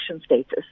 status